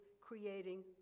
creating